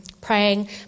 praying